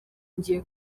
ngiye